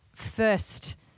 first